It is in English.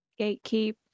Gatekeep